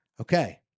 Okay